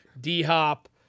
D-Hop